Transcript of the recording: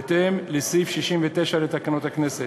בהתאם לסעיף 69 לתקנון הכנסת.